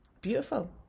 beautiful